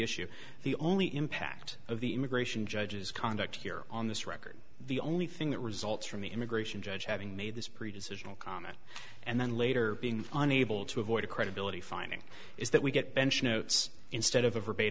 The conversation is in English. issue the only impact of the immigration judges conduct here on this record the only thing that results from the immigration judge having made this preaches original comment and then later being unable to avoid a credibility finding is that we get bench notes instead of